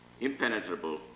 impenetrable